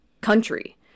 country